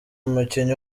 umukinnyi